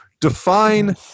define